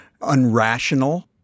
unrational